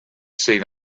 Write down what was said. seen